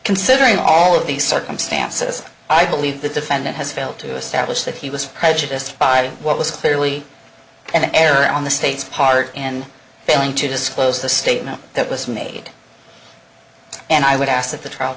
considering all of these circumstances i believe the defendant has failed to establish that he was prejudiced by what was clearly an error on the state's part and failing to disclose the statement that was made and i would ask that the trial